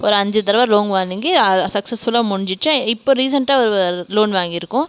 ஒரு அஞ்சு தடவ லோன் வானுங்கி சக்சஸ்ஃபுல்லாக முடிஞ்சிச்சு இப்போது ரீசண்ட்டாக ஒரு லோன் வாங்கியிருக்கோம்